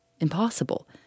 Impossible